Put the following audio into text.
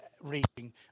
reading